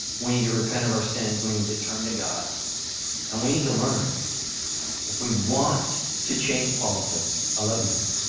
we need to repent of our sins, we need to turn to god and we need to learn if we want to change politics, i love you,